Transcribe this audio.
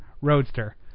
roadster